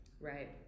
Right